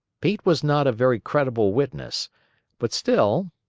pete was not a very credible witness but still,